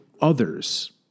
others